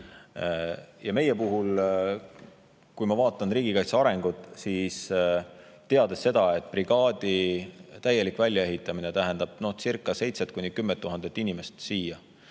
Meie puhul, kui ma vaatan riigikaitse arengut, siis teades seda, et brigaadi täielik väljaehitamine tähendab 7000 – 10 000 inimest siia